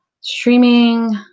Streaming